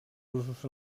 usos